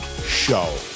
Show